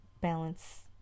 balance